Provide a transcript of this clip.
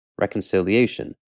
reconciliation